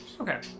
Okay